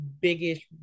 biggest